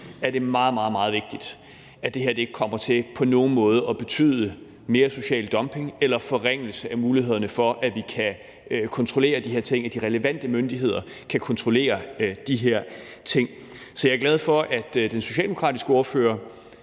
er det meget, meget vigtigt, at det her ikke på nogen måde kommer til at betyde mere social dumping eller en forringelse af mulighederne for, at vi kan kontrollere de her ting, altså at de relevante myndigheder kan kontrollere de her ting. Så jeg er glad for, at den socialdemokratiske ordfører